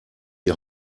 die